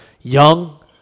young